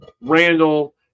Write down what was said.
Randall